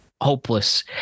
hopeless